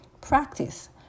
Practice